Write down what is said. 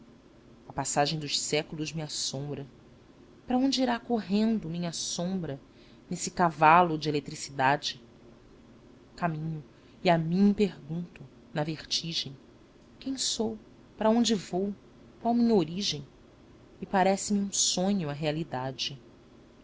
a passagem dos séculos me assombra para onde irá correndo minha sombra nesse cavalo de eletricidade caminho e a mim pergunto na vertigem quem sou para onde vou qual minha origem e parece-me um sonho a realidade